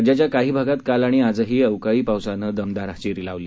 राज्याच्या काही भागात काल आणि आजही अवकाळी पावसानं दमदार हजेरी लावली